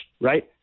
right